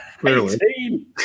clearly